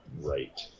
right